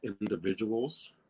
individuals